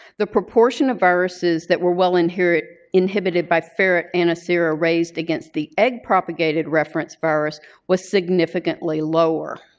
the proportion of viruses that were well inhibited inhibited by ferret antisera raised against the egg-propagated reference virus was significantly lower.